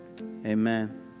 amen